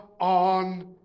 on